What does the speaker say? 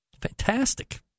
Fantastic